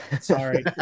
Sorry